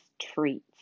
treats